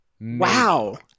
Wow